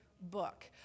book